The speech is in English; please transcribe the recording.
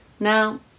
Now